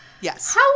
Yes